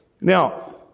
Now